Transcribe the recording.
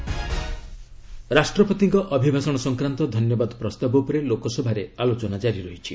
Lok Sabha discussion ରାଷ୍ଟ୍ରପତିଙ୍କ ଅଭିଭାଷଣ ସଂକ୍ରାନ୍ତ ଧନ୍ୟବାଦ ପ୍ରସ୍ତାବ ଉପରେ ଲୋକସଭାରେ ଆଲୋଚନା କାରି ରହିଛି